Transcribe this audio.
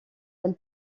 elle